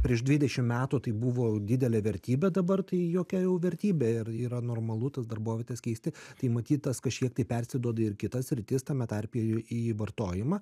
prieš dvidešim metų tai buvo didelė vertybė dabar tai jokia jau vertybė ir yra normalu tas darbovietes keisti tai matyt tas kažkiek tai persiduoda ir į kitas sritis tame tarpe ir į vartojimą